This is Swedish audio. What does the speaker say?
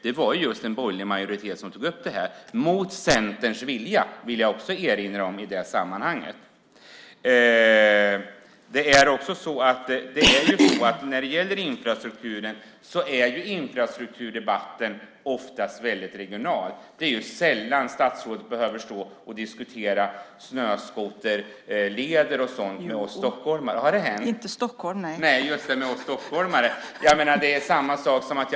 Det var en borgerlig majoritet som upptog trafiken. Jag vill i det sammanhanget erinra om att det skedde mot Centerns vilja. Infrastrukturdebatten är oftast väldigt regional. Det är sällan statsrådet behöver stå och diskutera snöskoterleder och sådant med oss stockholmare. Har det hänt? : Jo, men inte när det gäller Stockholm.) Det har inte hänt med oss stockholmare.